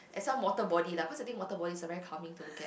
at some waterbody lah cause I think waterbody is a very calming to look at